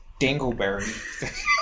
Dingleberry